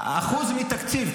אחוז מתקציב,